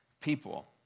people